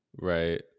Right